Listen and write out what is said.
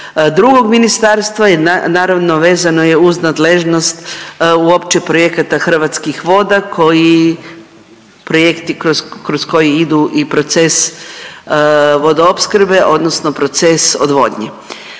drugog ministarstva i naravno vezano je uz nadležnost uopće projekata Hrvatskih voda koji projekti kroz koji idu i proces vodoopskrbe odnosno proces odvodnje.